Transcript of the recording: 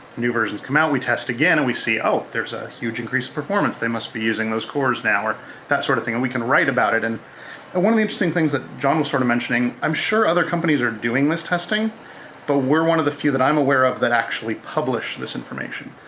new versions come out, we test again, and we see, oh, there's a huge increase of performance. they must be using those cores now or that sort of thing. and we can write about it. and one of the interesting things that john was sort of mentioning, i'm sure other companies are doing this testing but we're one of the few that i'm aware of that actually publish this information.